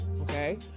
okay